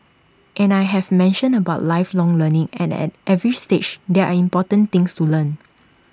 and I have mentioned about lifelong learning and at every stage there are important things to learn